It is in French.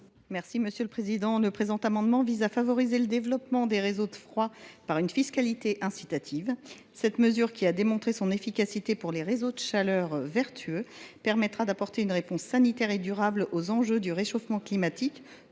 est à Mme Nadège Havet. Cet amendement vise à favoriser le développement des réseaux de froid par une fiscalité incitative. Cette mesure, qui a démontré son efficacité pour les réseaux de chaleur vertueux, apportera une réponse sanitaire et durable aux enjeux du réchauffement climatique,